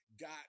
got